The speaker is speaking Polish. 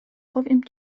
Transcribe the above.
powiem